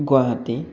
Guwahati